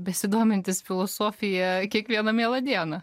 besidomintis filosofija kiekvieną mielą dieną